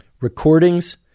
recordings